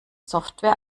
software